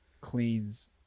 cleans